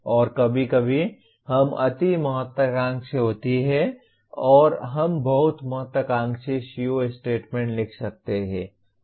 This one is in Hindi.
और कभी कभी हम अति महत्वाकांक्षी होते हैं और हम बहुत महत्वाकांक्षी CO स्टेटमेंट लिख सकते हैं